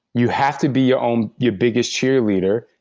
you have to be um your biggest cheerleader.